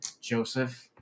Joseph